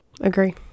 agree